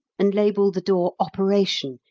and labelled the door operation,